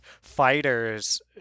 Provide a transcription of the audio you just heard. fighters